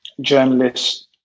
journalists